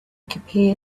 compare